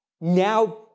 now